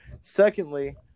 Secondly